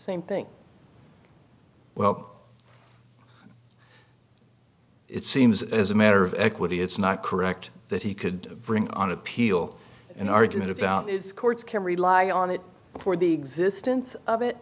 same thing well it seems as a matter of equity it's not correct that he could bring on appeal an argument about is courts can rely on it for the existence of it